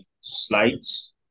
slides